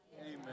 Amen